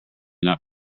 not